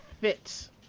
fits